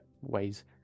ways